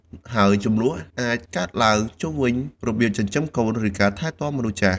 ហើយជម្លោះអាចកើតឡើងជុំវិញរបៀបចិញ្ចឹមកូន ឬការថែទាំមនុស្សចាស់។